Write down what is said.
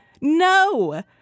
No